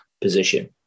position